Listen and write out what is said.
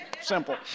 simple